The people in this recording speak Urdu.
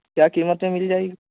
کیا قیمت میں مل جائے گی